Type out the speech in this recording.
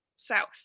south